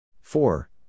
Four